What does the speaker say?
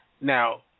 Now